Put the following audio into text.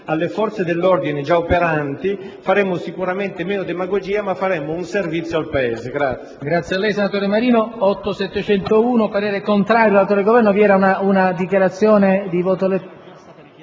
alle forze dell'ordine già operanti, faremmo sicuramente meno demagogia, ma faremmo un servizio al Paese.